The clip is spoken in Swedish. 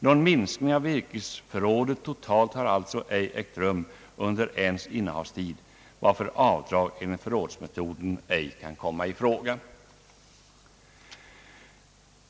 Någon minskning av virkesförrådet totalt har alltså ej ägt rum under N:s innehavstid, varför avdrag enligt förrådsmetoden ej kan ifrågakomma.